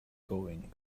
going